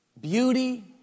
beauty